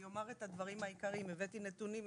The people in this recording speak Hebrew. הבאתי נתונים,